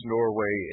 Norway